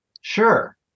Sure